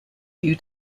due